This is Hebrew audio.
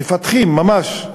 מפתחים ממש,